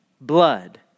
blood